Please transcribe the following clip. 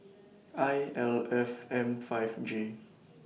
I L F M five J